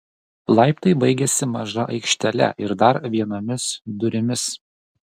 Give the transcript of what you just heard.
laiptai baigiasi maža aikštele ir dar vienomis durimis